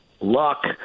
luck